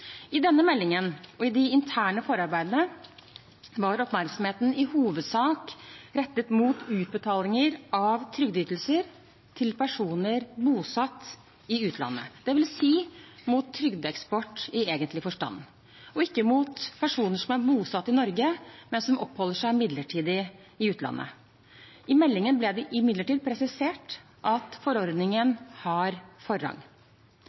I denne meldingen, og i de interne forarbeidene, var oppmerksomheten i hovedsak rettet mot utbetalinger av trygdeytelser til personer bosatt i utlandet – dvs. mot trygdeeksport i egentlig forstand og ikke mot personer som er bosatt i Norge, men som oppholder seg midlertidig i utlandet. I meldingen ble det imidlertid presisert at forordningen har forrang.